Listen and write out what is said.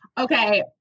Okay